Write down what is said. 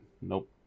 Nope